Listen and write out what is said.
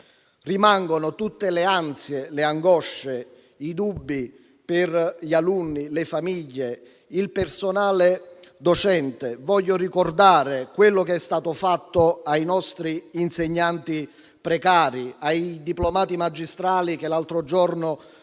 Rimangono tutte le ansie, le angosce e i dubbi per gli alunni, le famiglie e il personale docente. Voglio ricordare quello che è stato fatto ai nostri insegnanti precari, ai diplomati magistrali che l'altro giorno